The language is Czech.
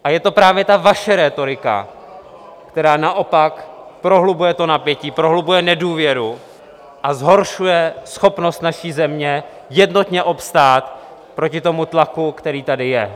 A je to právě ta vaše rétorika, která naopak prohlubuje napětí, prohlubuje nedůvěru a zhoršuje schopnost naší země jednotně obstát proti tomu tlaku, který tady je.